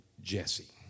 Jesse